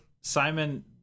Simon